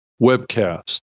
webcast